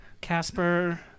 Casper